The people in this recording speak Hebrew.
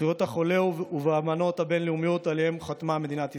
זכויות החולה ובאמנות הבין-לאומיות שעליהן חתמה מדינת ישראל.